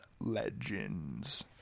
legends